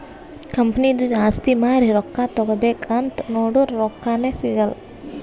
ಕಂಪನಿದು ಆಸ್ತಿ ಮಾರಿ ರೊಕ್ಕಾ ತಗೋಬೇಕ್ ಅಂತ್ ನೊಡುರ್ ರೊಕ್ಕಾನೇ ಸಿಗಲ್ಲ